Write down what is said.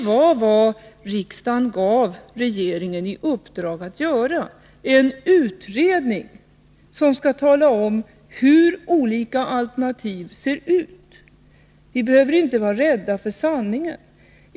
Vad riksdagen gav regeringen i uppdrag att göra var att tillsätta en utredning som skall tala om hur olika alternativ ser ut. Vi behöver inte vara rädda för sanningen.